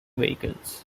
vehicles